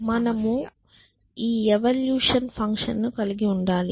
మనము ఈ evolution function ను కలిగి ఉండాలి